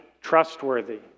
trustworthy